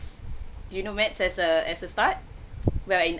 do you know maths as a as a start where in